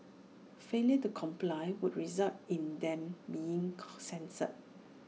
failure to comply would result in them being censured